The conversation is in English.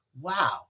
Wow